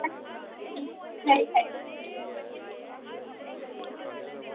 खरी खरी